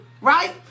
right